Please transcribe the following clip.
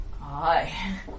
Aye